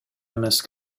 эмес